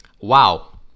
Wow